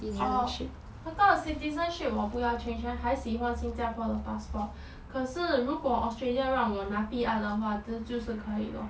orh 那个 citizenship 我不要 change leh 还喜欢新加坡的 passport 可是如果 australia 让我拿 P_R 的话这就是可以 lor